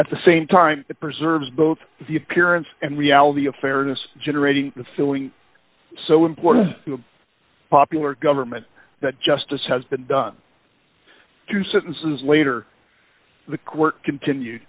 at the same time it preserves both the appearance and reality of fairness generating a feeling so important to a popular government that justice has been done two sentences later the court continue